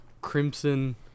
crimson